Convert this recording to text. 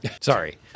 sorry